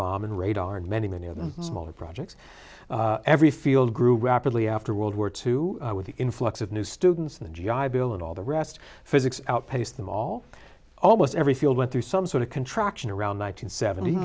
bomb and radar and many many other small projects every field grew rapidly after world war two with the influx of new students and the g i bill and all the rest physics outpace them all almost every field went through some sort of contraction around one nine hundred seventy